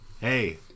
hey